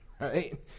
right